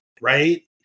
right